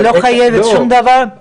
היא לא חייבת שום דבר לאף אחד.